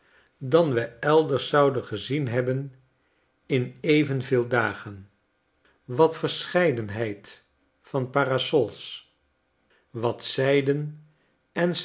dan we elders zouden gezien hebben in evenveel dagen wat verscheidenheid van parasols wat zijden en